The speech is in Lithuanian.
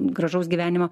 gražaus gyvenimo